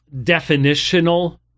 definitional